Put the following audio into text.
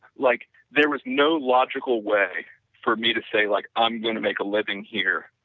like there was no logical way for me to say like i'm going to make a living here,